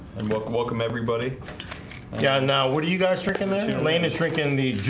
and welcome welcome everybody yeah, now, what are you guys drinking that lane is shrinking the?